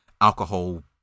alcohol